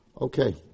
Okay